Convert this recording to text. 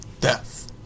death